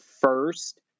first